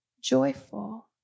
joyful